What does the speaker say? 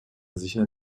sicher